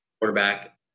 quarterback